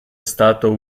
stato